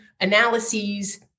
analyses